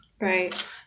Right